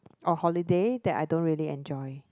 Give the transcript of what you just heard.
a holiday that I don't really enjoy